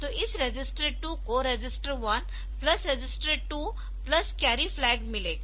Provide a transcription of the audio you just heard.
तो इस रजिस्टर 2 को register 1 plus register 2 plus carry flag मिलेगा